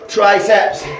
Triceps